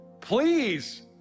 Please